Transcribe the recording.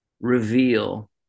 reveal